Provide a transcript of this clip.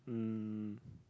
um